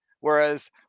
Whereas